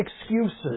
excuses